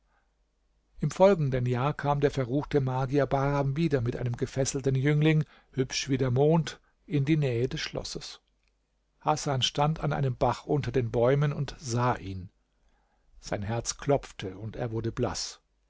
im folgenden jahr kam der verruchte magier bahram wieder mit einem gefesselten jüngling hübsch wie der mond in die nähe des schlosses hasan stand an einem bach unter den bäumen und sah ihn sein herz klopfte und er wurde blaß